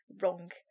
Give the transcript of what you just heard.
wrong